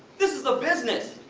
this is a business!